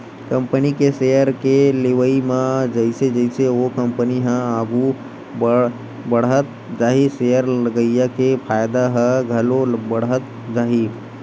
company के share के लेवई म जइसे जइसे ओ कंपनी ह आघू बड़हत जाही सेयर लगइया के फायदा ह घलो बड़हत जाही